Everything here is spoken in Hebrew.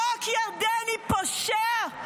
חוק ירדני פושע,